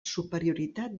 superioritat